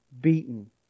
Beaten